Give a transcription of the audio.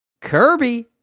Kirby